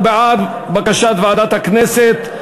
הוא בעד בקשת ועדת הכנסת,